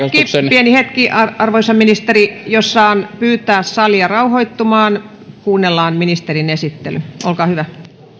pieni hetki arvoisa ministeri jos saan pyytää salia rauhoittumaan kuunnellaan ministerin esittely olkaa hyvä